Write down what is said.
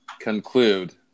conclude